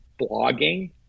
blogging